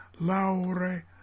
Laure